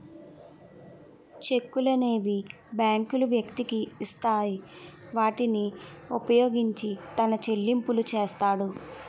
చెక్కులనేవి బ్యాంకులు వ్యక్తికి ఇస్తాయి వాటిని వినియోగించి తన చెల్లింపులు చేస్తాడు